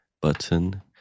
button